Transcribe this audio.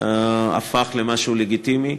זה הפך למשהו לגיטימי.